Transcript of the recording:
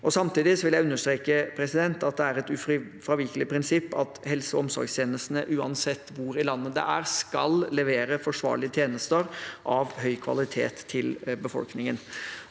Samtidig vil jeg understreke at det er et ufravikelig prinsipp at helse- og omsorgstjenestene, uansett hvor i landet de er, skal levere forsvarlige tjenester av høy kvalitet til befolkningen.